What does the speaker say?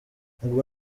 ubwo